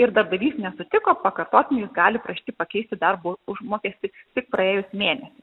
ir darbdavys nesutiko pakartotinai jis gali prašyti pakeisti darbo užmokestį tik praėjus mėnesiui